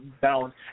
balance